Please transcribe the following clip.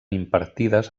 impartides